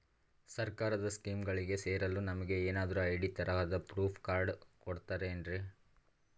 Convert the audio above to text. ಸರ್ಕಾರದ ಸ್ಕೀಮ್ಗಳಿಗೆ ಸೇರಲು ನಮಗೆ ಏನಾದ್ರು ಐ.ಡಿ ತರಹದ ಪ್ರೂಫ್ ಕಾರ್ಡ್ ಕೊಡುತ್ತಾರೆನ್ರಿ?